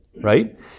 right